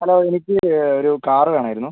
hello എനിക്ക് ഒരു car വേണമായിരുന്നു